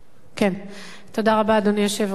אדוני היושב-ראש,